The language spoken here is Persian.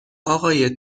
اقای